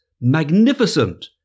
magnificent